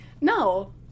No